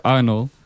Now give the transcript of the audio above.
Arnold